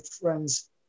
friends